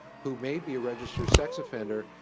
who may be a registered sex offender,